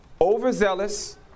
Overzealous